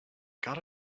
gotta